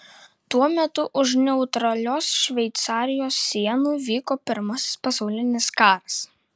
tuo metu už neutralios šveicarijos sienų vyko pirmasis pasaulinis karas